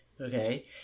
Okay